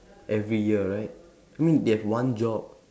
every year right I mean they have one job